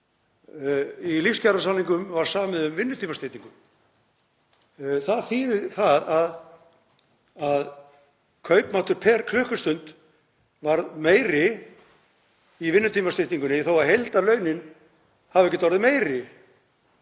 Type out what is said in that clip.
í lífskjarasamningunum var samið um vinnutímastyttingu. Það þýðir að kaupmáttur á klukkustund varð meiri í vinnutímastyttingunni þó að heildarlaunin hefðu ekki orðið meiri.